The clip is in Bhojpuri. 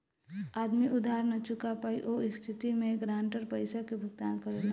आदमी उधार ना चूका पायी ओह स्थिति में गारंटर पइसा के भुगतान करेलन